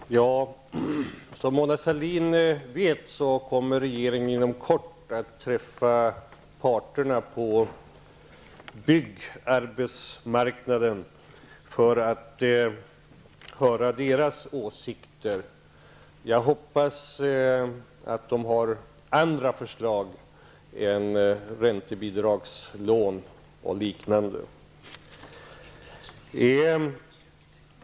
Herr talman! Som Mona Sahlin vet kommer regeringen inom kort att träffa parterna på byggarbetsmarknaden för att höra deras åsikter. Jag hoppas att de har andra förslag än räntebidragslån och liknande.